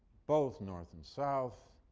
both north and south,